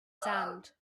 sand